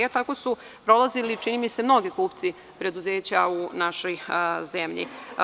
Tako su prolazili, čini mi se, mnogi kupci preduzeća u našoj zemlji.